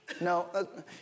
No